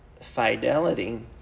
Fidelity